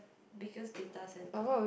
biggest data centre